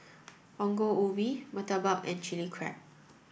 Ongol Ubi Murtabak and Chilli Crab